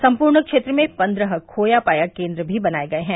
सम्पूर्ण क्षेत्र में पन्द्रह खोया पाया केन्द्र भी बनाये गये हैं